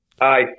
Aye